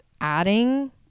adding